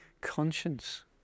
conscience